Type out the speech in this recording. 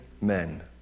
men